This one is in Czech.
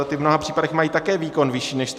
Ty v mnoha případech mají také výkon vyšší než 100 MW.